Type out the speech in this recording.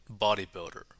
bodybuilder